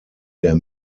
der